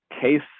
case